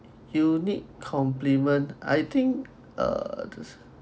unique compliment I think uh this